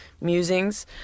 musings